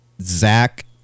Zach